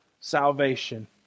salvation